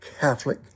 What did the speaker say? Catholic